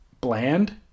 bland